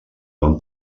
van